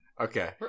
Okay